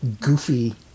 goofy